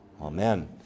amen